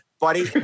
buddy